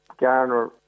garner